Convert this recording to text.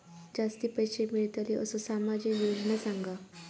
जास्ती पैशे मिळतील असो सामाजिक योजना सांगा?